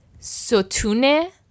sotune